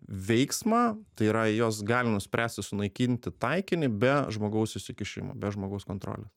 veiksmą tai yra jos gali nuspręsti sunaikinti taikinį be žmogaus įsikišimo be žmogaus kontrolės